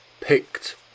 picked